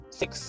six